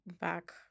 back